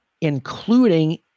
including